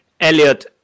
Elliot